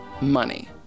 Money